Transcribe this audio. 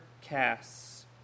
casts